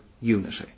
unity